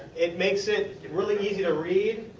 it makes it it really easy to read